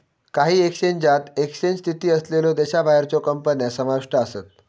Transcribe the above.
काही एक्सचेंजात एक्सचेंज स्थित असलेल्यो देशाबाहेरच्यो कंपन्या समाविष्ट आसत